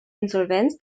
insolvenz